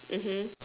mmhmm